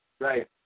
Right